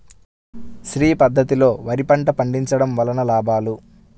శ్రీ పద్ధతిలో వరి పంట పండించడం వలన లాభాలు?